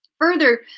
Further